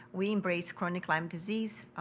we embrace chronic lyme disease,